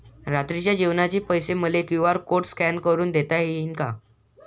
रात्रीच्या जेवणाचे पैसे मले क्यू.आर कोड स्कॅन करून देता येईन का?